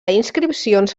inscripcions